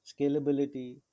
scalability